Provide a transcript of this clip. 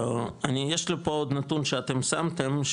יש לי פה עוד נתון שאתם שמתם,